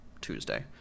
Tuesday